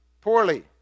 poorly